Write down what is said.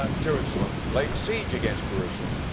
ah jerusalem laid siege against jerusalem.